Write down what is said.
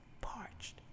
parched